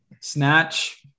Snatch